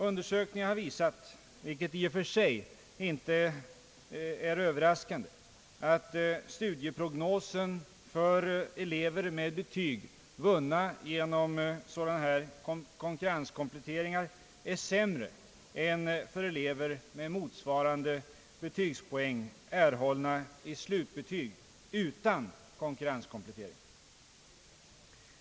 Undersökningar har visat, vilket i och för sig inte är överraskande, att studieprognosen för elever med betyg, vunna genom sådana konkurrenskompletteringar, är sämre än för elever med motsvarande betygspoäng erhållna i slutbetyg utan konkurrenskomplettering.